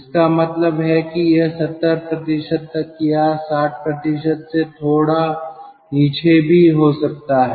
इसका मतलब है कि यह 70 तक या 60 से थोड़ा नीचे भी हो सकता है